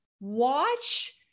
watch